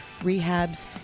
rehabs